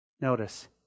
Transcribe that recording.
Notice